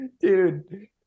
Dude